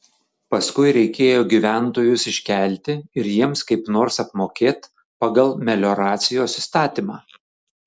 paskui reikėjo gyventojus iškelti ir jiems kaip nors apmokėt pagal melioracijos įstatymą